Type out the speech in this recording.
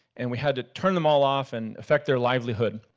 and we had to turn them all off and affect their livelihood.